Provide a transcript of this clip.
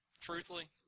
truthfully